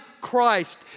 Christ